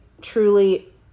truly